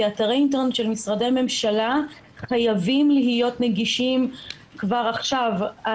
כי אתרי האינטרנט של משרדי הממשלה חייבים להיות נגישים כבר עכשיו.